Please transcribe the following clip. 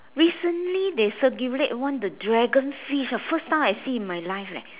recently they circulate one the dragon fish ah first time I see in my life eh